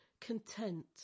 content